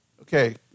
Okay